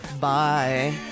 Bye